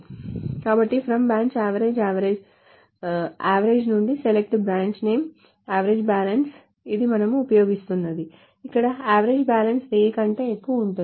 కాబట్టి FROM branch average నుండి SELECT branch name average balance ఇది మనము ఉపయోగిస్తున్నది ఇక్కడ యావరేజ్ బ్యాలెన్స్ 1000 కంటే ఎక్కువగా ఉంటుంది